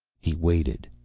he waited.